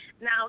Now